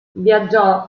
viaggiò